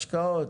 השקעות.